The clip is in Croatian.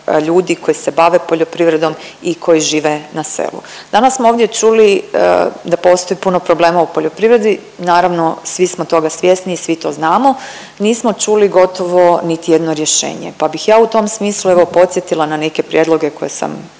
ljudi koji se bave poljoprivrednom i koji žive na selu. Danas smo ovdje čuli da postoji puno problema u poljoprivredi, naravno svi smo toga svjesni i svi to znamo. Nismo čuli gotovo niti jedno rješenje, pa bih ja u tom smislu evo podsjetila na neke prijedloge koje sam